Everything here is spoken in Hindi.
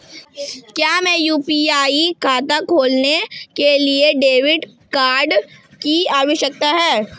क्या मुझे यू.पी.आई खाता खोलने के लिए डेबिट कार्ड की आवश्यकता है?